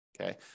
okay